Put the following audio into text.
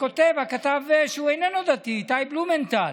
כותב הכתב, שהוא איננו דתי, איתי בלומנטל: